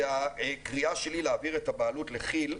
הקריאה שלי להעביר את הבעלות לכי"ל,